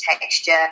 texture